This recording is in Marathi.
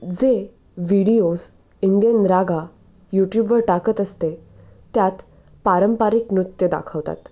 जे व्हिडिओज इंडियन रागा यूट्यूबवर टाकत असते त्यात पारंपरिक नृत्य दाखवतात